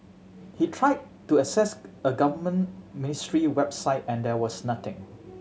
he tried to access a government ministry website and there was nothing